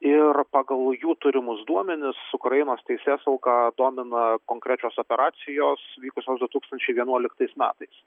ir pagal jų turimus duomenis ukrainos teisėsaugą domina konkrečios operacijos vykusios du tūkstančiai vienuoliktais metais